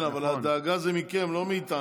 כן, אבל הדאגה זה מכם, לא מאיתנו.